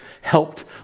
helped